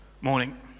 morning